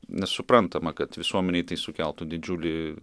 nes suprantama kad visuomenei tai sukeltų didžiulį